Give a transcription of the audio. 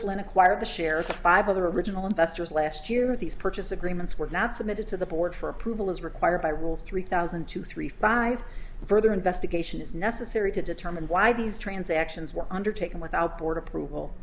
flynn acquired a share of five of the original investors last year with these purchase agreements were not submitted to the board for approval as required by rule three thousand two three five further investigation is necessary to determine why these transactions were undertaken without court approval